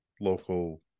local